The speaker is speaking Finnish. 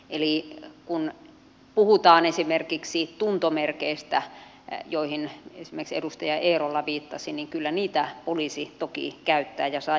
eli kun puhutaan esimerkiksi tuntomerkeistä joihin esimerkiksi edustaja eerola viittasi niin kyllä niitä poliisi toki käyttää ja saa jatkossakin käyttää